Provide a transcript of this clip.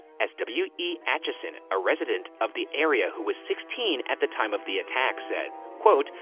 as w. e. atchison, a resident of the area, who was sixteen at the time of the attack, said, quote,